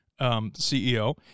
CEO